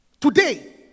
today